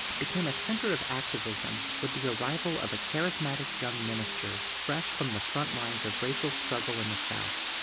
became a center of activism with the arrival of a charismatic young minister fresh from the frontlines of racial struggle in the south.